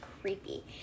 creepy